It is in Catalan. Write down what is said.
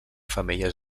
femelles